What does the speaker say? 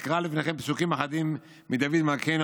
ואקרא לפניכם פסוקים אחדים מדוד מלכנו,